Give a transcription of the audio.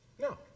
No